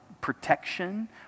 protection